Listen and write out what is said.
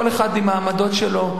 כל אחד עם העמדות שלו.